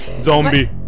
Zombie